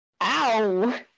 Ow